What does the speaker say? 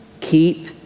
keep